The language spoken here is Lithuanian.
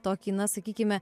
tokį na sakykime